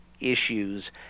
issues